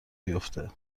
بیفته